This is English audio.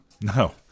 No